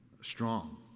strong